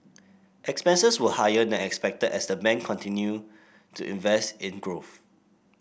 expenses were higher than expected as the bank continue to invest in growth